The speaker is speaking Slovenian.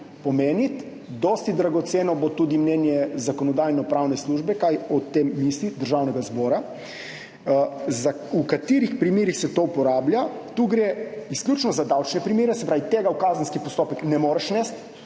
pomeniti. Dragoceno bo tudi mnenje Zakonodajno-pravne službe Državnega zbora, kaj o tem misli. V katerih primerih se to uporablja? Tu gre izključno za davčne primere, se pravi, tega v kazenski postopek ne moreš vnesti